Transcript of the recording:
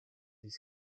with